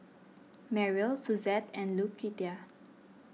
Merrill Suzette and Lucretia